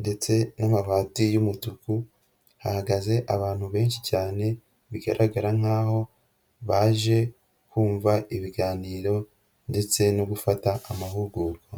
ndetse n'amabati y'umutuku, hahagaze abantu benshi cyane bigaragara nkaho baje kumva ibiganiro ndetse no gufata amahugurwa.